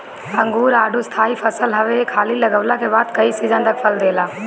अंगूर, आडू स्थाई फसल हवे एक हाली लगवला के बाद कई सीजन तक फल देला